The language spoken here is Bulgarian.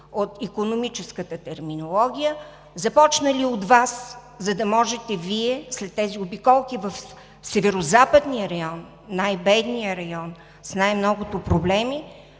от икономическата терминология – започна ли от Вас, за да можете Вие, след тези обиколки в Северозападния район – най-бедният район, с най-многото проблеми,